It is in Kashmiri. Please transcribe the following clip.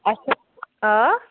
اَچھا آ